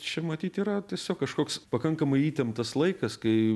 čia matyt yra tiesiog kažkoks pakankamai įtemptas laikas kai